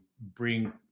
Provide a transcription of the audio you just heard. bring